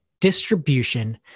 distribution